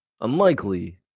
Unlikely